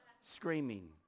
screaming